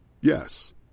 Yes